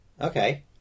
Okay